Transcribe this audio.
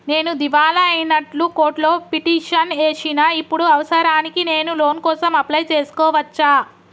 నేను దివాలా అయినట్లు కోర్టులో పిటిషన్ ఏశిన ఇప్పుడు అవసరానికి నేను లోన్ కోసం అప్లయ్ చేస్కోవచ్చా?